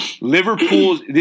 Liverpool's –